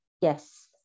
Yes